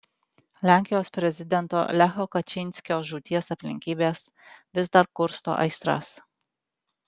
lenkijos prezidento lecho kačynskio žūties aplinkybės vis dar kursto aistras